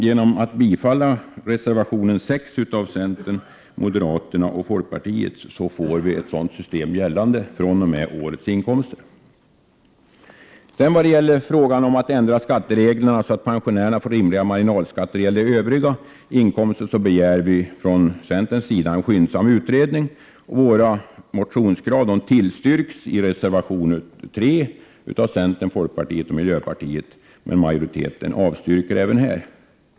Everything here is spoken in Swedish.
Genom att bifalla reservation 6 från centern, moderaterna och folkpartiet får man ett sådant system gällande fr.o.m. årets inkomster. Vad gäller frågan om att ändra skattereglerna så att pensionärerna får rimliga marginalskatter när det gäller övriga inkomster begär vi från centerns sida en skyndsam utredning. Våra motionskrav tillstyrks i reservation 3 av centern, folkpartiet och miljöpartiet, men majoriteten avstyrker förslaget.